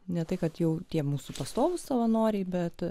ne tai kad jau tie mūsų pastovų savanoriai bet